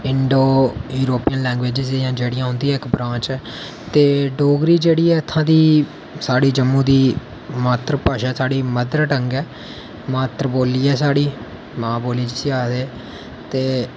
Indo European language ऐ उं'दी इक्क ब्रांच ऐ ते डोगरी जेह्ड़ी ऐ इत्थां दी साढ़े जम्मू दी मात्तरभाशा ऐ साढ़ी मात्तरटंग ऐ मात्तरबोल्ली ऐ साढ़ी मां बोल्ली बी आखदे जिसी ते